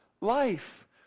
Life